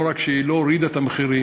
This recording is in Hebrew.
לא רק שהיא לא הורידה את המחירים,